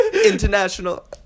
international